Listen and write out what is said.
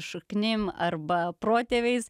šaknim arba protėviais